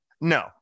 No